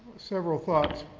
several thoughts.